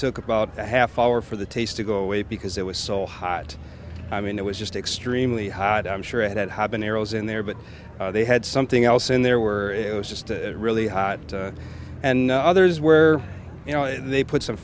took about a half hour for the taste to go away because it was so hot i mean it was just extremely hot i'm sure it had habaneros in there but they had something else in there were it was just a really hot and others where you know they put some